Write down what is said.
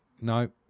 No